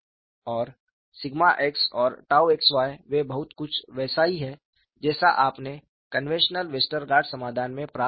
और x और xy वे बहुत कुछ वैसा ही हैं जैसा आपने कन्वेंशनल वेस्टरगार्ड समाधान में प्राप्त किया था